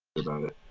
about it.